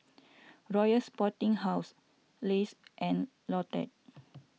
Royal Sporting House Lays and Lotte